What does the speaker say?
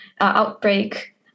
outbreak